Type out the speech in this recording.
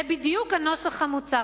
זה בדיוק הנוסח המוצע.